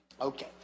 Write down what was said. okay